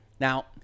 Now